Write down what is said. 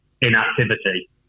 inactivity